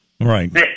Right